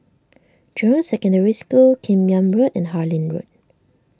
Jurong Secondary School Kim Yam Road and Harlyn Road